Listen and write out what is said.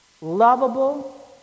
lovable